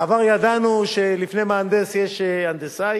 בעבר ידענו שלפני מהנדס יש הנדסאי.